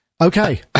okay